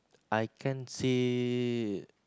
I can say